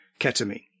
ketamine